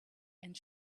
and